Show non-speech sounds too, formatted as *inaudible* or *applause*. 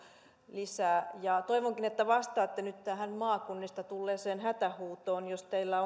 lisää toivonkin että vastaatte nyt tähän maakunnista tulleeseen hätähuutoon jos teillä *unintelligible*